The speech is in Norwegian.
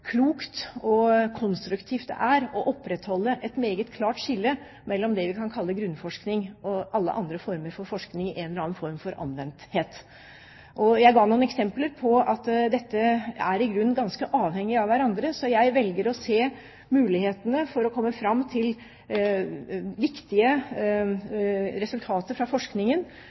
klokt og konstruktivt det er å opprettholde et meget klart skille mellom det vi kan kalle grunnforskning, og alle andre former for forskning i en eller annen form for anvendthet. Jeg ga noen eksempler på at dette i grunnen er ganske avhengig av hverandre. Så jeg velger å se mulighetene for å komme fram til viktige resultater av forskningen